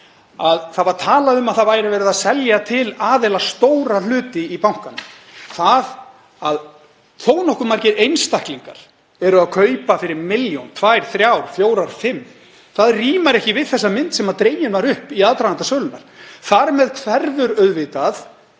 að það var talað um að verið væri að selja til aðila stóra hluti í bankanum. Það að þó nokkuð margir einstaklingar eru að kaupa fyrir milljón, tvær, þrjár, fjórar, fimm, rímar ekki við þá mynd sem dregin var upp í aðdraganda sölunnar. Þar með hverfur auðvitað